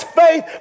faith